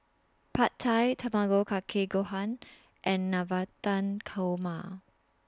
Pad Thai Tamago Kake Gohan and Navratan Korma